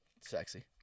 Sexy